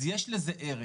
אז יש לזה ערך.